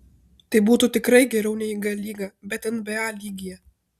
tai būtų tikrai geriau nei g lyga bet nba lygyje